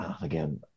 Again